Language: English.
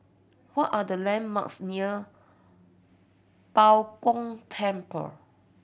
what are the landmarks near Bao Gong Temple